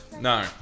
No